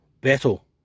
battle